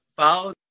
Follow